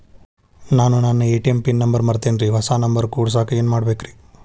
ನಾನು ನನ್ನ ATM pin number ಮರ್ತೇನ್ರಿ, ಹೊಸಾ ನಂಬರ್ ಕುಡಸಾಕ್ ಏನ್ ಮಾಡ್ಬೇಕ್ರಿ?